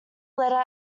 letter